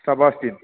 Sebastian